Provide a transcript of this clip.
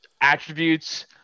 attributes